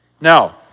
Now